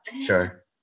Sure